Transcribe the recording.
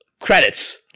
Credits